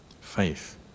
faith